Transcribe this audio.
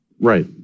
Right